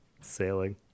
Sailing